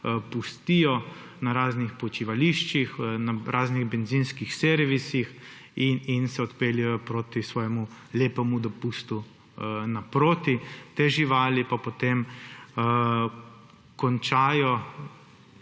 pustijo na raznih počivališčih, na raznih bencinskih servisih in se odpeljejo proti svojemu lepemu dopustu naproti. Te živali pa potem končajo